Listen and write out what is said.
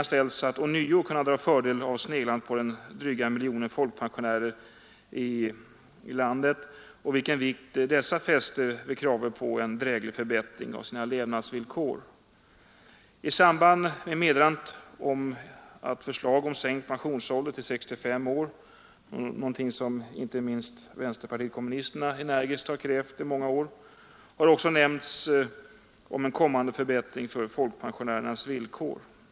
Kanske fäster man ånyo förhoppningar vid sneglandet från regeringspartiets sida på den dryga miljon folkpensionärer som finns i landet och deras krav på en dräglig förbättring av levnadsvillkoren. I samband med förslaget om sänkt folkpensionsålder till 65 år — någonting som inte minst vänsterpartiet kommunisterna energiskt har hävdat i många år — har det också talats om en kommande förbättring av folkpensionärernas villkor.